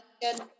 good